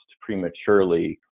prematurely